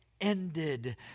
ended